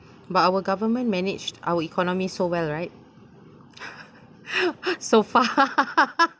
but our government managed our economy so well right so far